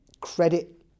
credit